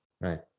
Right